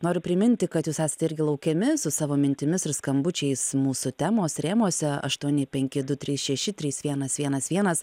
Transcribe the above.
noriu priminti kad jūs esat irgi laukiami su savo mintimis ir skambučiais mūsų temos rėmuose aštuoni penki du trys šeši trys vienas vienas vienas